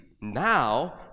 Now